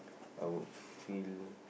I would feel